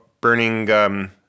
burning